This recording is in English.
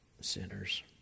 sinners